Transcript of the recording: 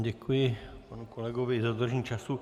Děkuji panu kolegovi za dodržení času.